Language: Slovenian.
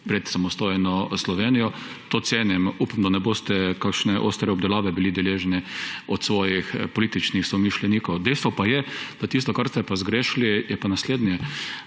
pred samostojno Slovenijo. To cenim, upam, da ne boste deležni kakšne ostre obdelave od svojih političnih somišljenikov. Dejstvo pa je, da tisto, kar ste zgrešili, je pa naslednje.